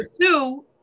two